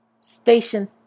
station